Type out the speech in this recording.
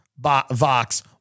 Vox